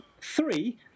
Three